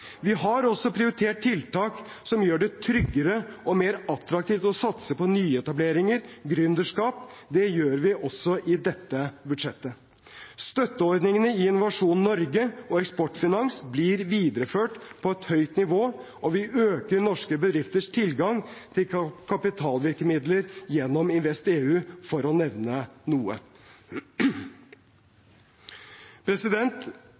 Vi har også prioritert tiltak som gjør det tryggere og mer attraktivt å satse på nyetableringer og gründerskap. Det gjør vi også i dette budsjettet. Støtteordningene i Innovasjon Norge og Eksportfinansiering Norge blir videreført på et høyt nivå, og vi øker norske bedrifters tilgang på kapitalvirkemidler gjennom InvestEU – for å nevne noe.